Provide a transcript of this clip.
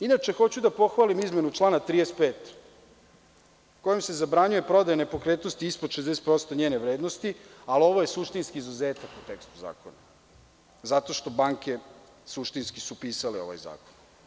Inače, hoću da pohvalim izmenu člana 35, kojim se zabranjuje prodaja nepokretnosti ispod 60% njene vrednosti, ali ovo je suštinski izuzetak u tekstu zakona zato što banke suštinski su pisale ovaj zakon.